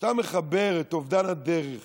כשאתה מחבר את אובדן הדרך